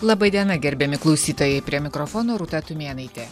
laba diena gerbiami klausytojai prie mikrofono rūta tumėnaitė